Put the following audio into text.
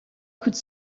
could